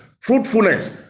fruitfulness